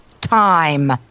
time